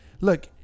Look